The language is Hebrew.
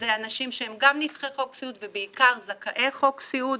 זה אנשים שהם גם נדחי חוק סיעוד ובעיקר זכאי חוק סיעוד.